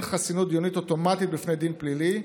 חסינות דיונית אוטומטית בפני דין פלילי,